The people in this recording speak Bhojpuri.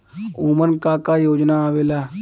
उमन का का योजना आवेला?